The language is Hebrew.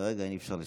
כרגע אי-אפשר לצרף.